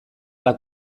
ala